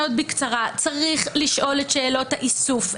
צריך לשאול את שאלות האיסוף,